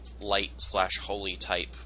light-slash-holy-type